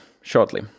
shortly